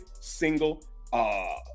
single